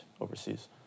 overseas